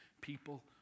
people